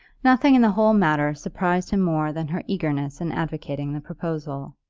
nothing in the whole matter surprised him more than her eagerness in advocating the proposal.